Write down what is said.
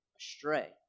astray